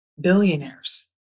Billionaires